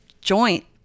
joint